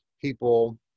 people